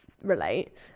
relate